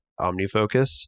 OmniFocus